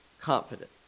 confident